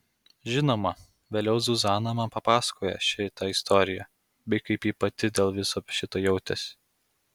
žinoma vėliau zuzana man papasakojo šitą istoriją bei kaip ji pati dėl viso šito jautėsi